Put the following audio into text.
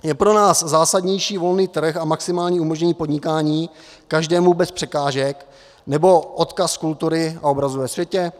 Je pro nás zásadnější volný trh a maximální umožnění podnikání každému bez překážek, nebo odkaz kultury a obrazu ve světě?